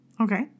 Okay